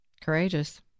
Courageous